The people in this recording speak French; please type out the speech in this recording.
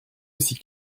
aussi